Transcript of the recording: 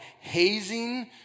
hazing